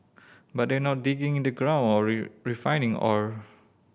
but they're not digging in the ground or refining ore